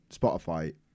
Spotify